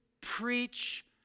Preach